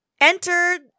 enter